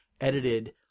edited